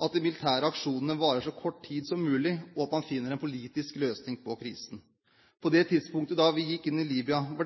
at de militære aksjonene varer i så kort tid som mulig, og at man finner en politisk løsning på krisen. På det tidspunktet da vi gikk inn i Libya, var